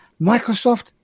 Microsoft